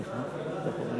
נא להצביע.